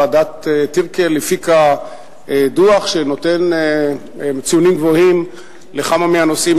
ועדת-טירקל הפיקה דוח שנותן ציונים גבוהים לכמה מהנושאים